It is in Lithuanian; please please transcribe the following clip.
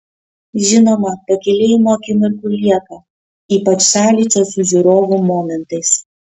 žinoma pakylėjimo akimirkų lieka ypač sąlyčio su žiūrovu momentais